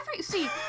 See